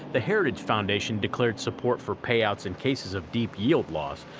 the heritage foundation declared support for payouts in cases of deep yield loss,